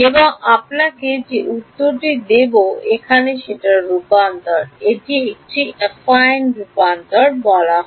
সুতরাং আমি আপনাকে উত্তরটি দেব যে এখানে থেকে এখানে রূপান্তর আছে এবং এটিকে অ্যাফাইন রূপান্তর বলা হয়